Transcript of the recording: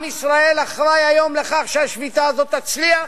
עם ישראל אחראי היום לכך שהשביתה הזאת תצליח.